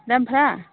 दामफोरा